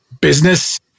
business